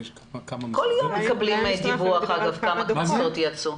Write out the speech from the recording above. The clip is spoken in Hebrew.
כל יום מקבלים דיווח על מספר הקנסות.